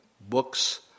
books